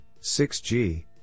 6G